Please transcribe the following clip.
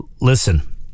Listen